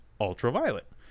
ultraviolet